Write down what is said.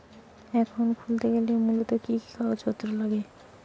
Account খুলতে গেলে মূলত কি কি কাগজপত্র লাগে?